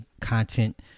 content